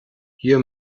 hier